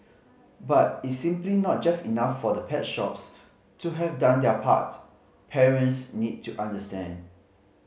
but it's simply not just enough for the pet shops to have done their part parents need to understand